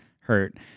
hurt